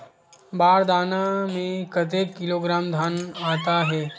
बार दाना में कतेक किलोग्राम धान आता हे?